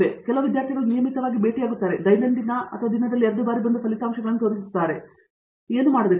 ಆದ್ದರಿಂದ ಕೆಲವು ವಿದ್ಯಾರ್ಥಿಗಳು ನಿಯಮಿತವಾಗಿ ಭೇಟಿಯಾಗುತ್ತಾರೆ ದೈನಂದಿನ ಅಥವಾ ದಿನದಲ್ಲಿ ಎರಡು ಬಾರಿ ಬಂದು ಫಲಿತಾಂಶಗಳನ್ನು ತೋರಿಸುತ್ತಾರೆ ಏನು ಮಾಡಬೇಕು